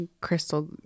crystal